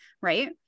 right